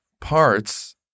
parts